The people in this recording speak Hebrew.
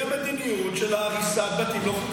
שתהיה מדיניות של הריסת בתים לא חוקיים.